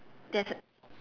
there's